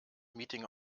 meeting